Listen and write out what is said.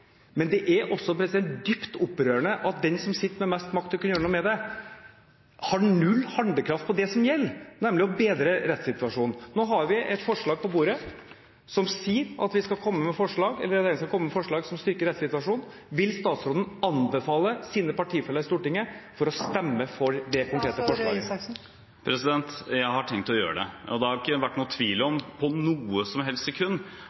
men det er også dypt opprørende at den som sitter med mest makt til å gjøre noe med det, har null handlekraft for det som gjelder, nemlig å bedre rettssituasjonen. Nå har vi et forslag på bordet som sier at regjeringen skal komme med forslag som styrker rettssituasjonen. Vil statsråden anbefale sine partifeller i Stortinget å stemme for det konkrete forslaget? Jeg har tenkt å gjøre det. Og det har ikke vært noen tvil om, på noe som helst sekund, at vi skal følge opp Djupedal-utvalget. Det er